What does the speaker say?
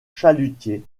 chalutiers